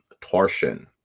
torsion